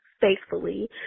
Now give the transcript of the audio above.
faithfully